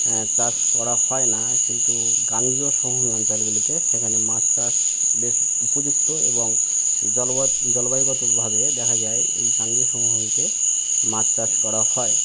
হ্যাঁ চাষ করা হয় না কিন্তু গাঙ্গেয় সমভূমি অঞ্চলগুলিতে সেখানে মাছ চাষ বেশ উপযুক্ত এবং জলবায়ুগতভাবে দেখা যায় এই গাঙ্গেয় সমভূমিতে মাছ চাষ করা হয়